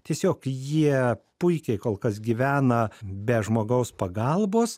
tiesiog jie puikiai kol kas gyvena be žmogaus pagalbos